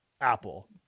Apple